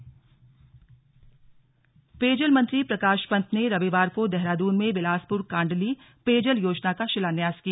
slug पेयजल योजना पेयजल मंत्री प्रकाश पंत ने रविवार को देहरादून में विलासपुर काड़ली पेयजल योजना का शिलान्यास किया